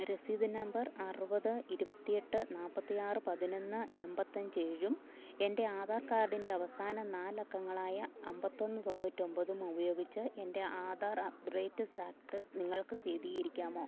രസീത് നമ്പർ അറുപത് ഇരുപത്തിയെട്ട് നാല്പ്പത്തിയാറ് പതിനൊന്ന് എണ്പത്തിയഞ്ച് ഏഴും എൻ്റെ ആധാർ കാർഡിൻ്റെ അവസാന നാലക്കങ്ങളായ അമ്പത്തിയൊന്ന് തൊണ്ണൂറ്റിയൊമ്പതും ഉപയോഗിച്ച് എൻ്റെ ആധാർ അപ്ഡേറ്റ് സ്റ്റാറ്റസ് നിങ്ങൾക്ക് സ്ഥിരീകരിക്കാമോ